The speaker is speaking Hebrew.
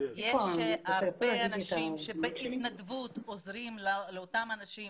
יש הרבה אנשים שבהתנדבות עוזרים לאותם אנשים